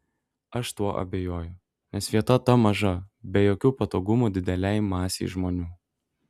aš tuo abejoju nes vieta ta maža be jokių patogumų didelei masei žmonių